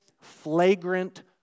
flagrant